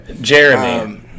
Jeremy